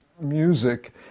music